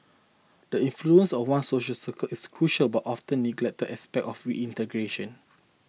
the influence of one's social circles is a crucial but oft neglected aspect of reintegration